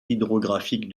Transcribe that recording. hydrographique